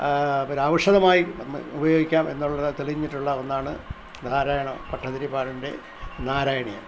ഒരു ഔഷധമായി നമ്മൾ ഉപയോഗിക്കാം എന്നുള്ള ത തെളിഞ്ഞിട്ടുള്ള ഒന്നാണ് നാരയണ ഭട്ടതിരിപ്പാടിൻ്റെ നാരായണീയം